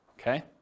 okay